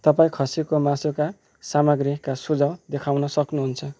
तपाईँ खसीको मासुका सामग्रीका सुझाउ देखाउन सक्नुहुन्छ